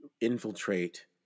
infiltrate